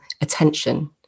attention